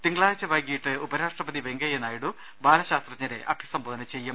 തിങ്ക ളാഴ്ച വൈകീട്ട് ഉപരാഷ്ട്രപതി വെങ്കയ്യനാഡിഡു ബാലശാസ്ത്രജ്ഞരെ അഭിസംബോധന ചെയ്യും